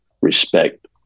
respect